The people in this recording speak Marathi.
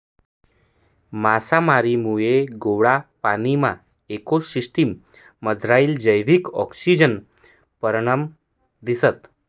मासामारीमुये गोडा पाणीना इको सिसटिम मझारलं जैविक आक्सिजननं परमाण दिसंस